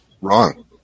wrong